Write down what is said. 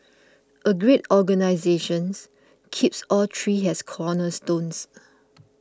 a great organisations keeps all three as cornerstones